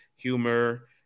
Humor